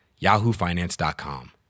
yahoofinance.com